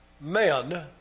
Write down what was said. men